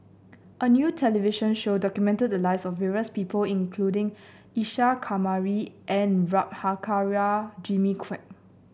a new television show documented the lives of various people including Isa Kamari and Prabhakara Jimmy Quek